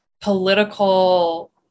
political